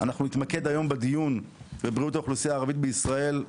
אנחנו נתמקד היום בדיון בבריאות האוכלוסייה הערבית בישראל,